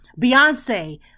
Beyonce